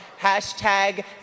Hashtag